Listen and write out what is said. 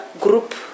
group